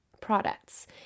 products